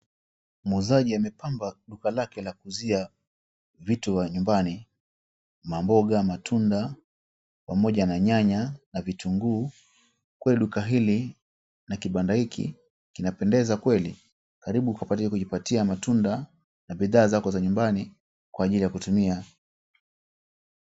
Muuzaji amepamba duka lake la kuuzia vitu ya nyumbani. Mamboga, matunda pamoja na nyanya na vitunguu. Kweli duka hili na kibanda hiki kinapendeza kweli. Karibu uweze kujipatia matunda na bidhaa zako za nyumbani kwa ajili ya kutumia.